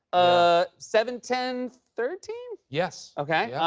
ah seven, ten. thirteen? yes. okay. yeah.